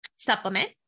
Supplement